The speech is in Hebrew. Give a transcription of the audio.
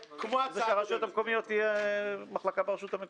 שברשויות המקומיות תהיה מחלקה לשירותי דת.